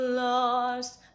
lost